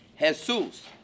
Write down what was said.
Jesus